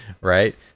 right